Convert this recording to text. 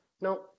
No